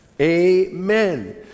Amen